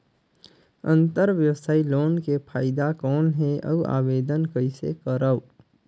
अंतरव्यवसायी लोन के फाइदा कौन हे? अउ आवेदन कइसे करव?